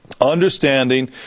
Understanding